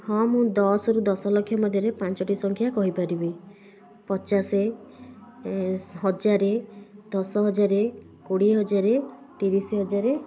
ହଁ ମୁଁ ଦଶରୁ ଦଶ ଲକ୍ଷ ମଧ୍ୟରେ ପାଞ୍ଚଟି ସଂଖ୍ୟା କହି ପାରିବି ପଚାଶ ହଜାର ଦଶ ହଜାର କୋଡ଼ିଏ ହଜାର ତିରିଶ ହଜାର